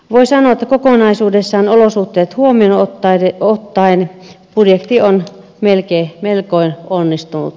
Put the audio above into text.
voi sanoa että kokonaisuudessaan olosuhteet huomioon ottaen budjetti on melko onnistunut